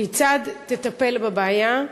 כיצד תטפל בבעיה?